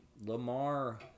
Lamar